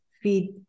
feed